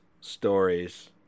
stories